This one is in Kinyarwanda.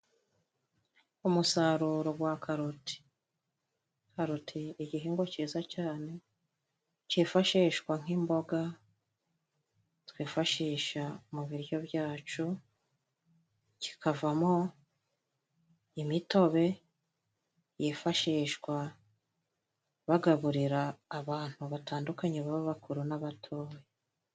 Umusaruro gwa karoti, karoti igihingwa cyiza cyane cyifashishwa nk'imboga, twifashisha mu biryo byacu kikavamo imitobe, yifashishwa bagaburira abantu batandukanye baba bakuru n'abatoya.